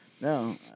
No